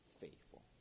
faithful